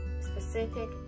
specific